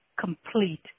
complete